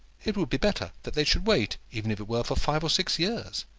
it would be better that they should wait, even if it were for five or six years.